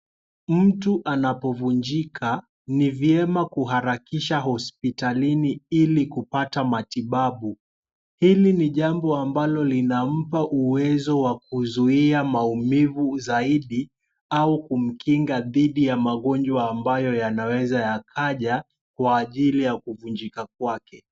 Mtu anapovunjika ni vyema kuharakisha hospitalini ili kupata matibabu, hili ni jambo ambalo linampa uwezo wakuzuia maumivu zaidi au kumkinga dhidi ya magonjwa ambayo yanaweza yakaja kwa ajili ya kuvunjika kwake.